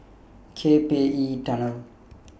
K P E Tunnel